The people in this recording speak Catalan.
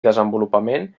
desenvolupament